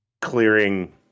clearing